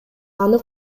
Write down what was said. аны